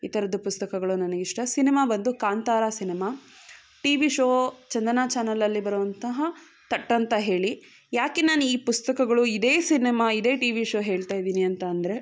ಈ ಥರದ್ದು ಪುಸ್ತಕಗಳು ನನಗಿಷ್ಟ ಸಿನಿಮಾ ಬಂದು Kantara cinema TV show Chandana ಚಾನಲಲ್ಲಿ ಬರುವಂತಹ ಥಟ್ ಅಂತ ಹೇಳಿ ಯಾಕೆ ನಾನು ಈ ಪುಸ್ತಕಗಳು ಇದೇ ಸಿನಿಮಾ ಇದೇ ಟಿ ವಿ ಶೋ ಹೇಳ್ತಾ ಇದ್ದೀನಿ ಅಂದರೆ